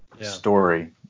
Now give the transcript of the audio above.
story